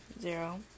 zero